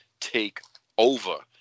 takeover